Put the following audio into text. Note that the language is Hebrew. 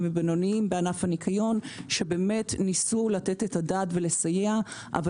ובינוניים בענף הניקיון שניסו לתת את הדעת ולסייע אבל